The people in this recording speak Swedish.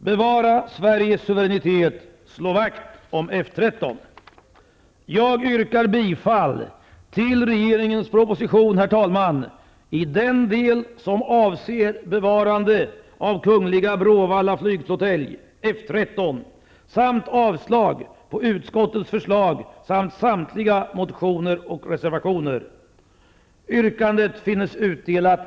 Bevara Sveriges suveränitet, slå vakt om F 13! Jag yrkar bifall till regeringens proposition i den del som avser bevarande av Kungl. Bråvalla flygflottilj